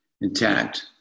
intact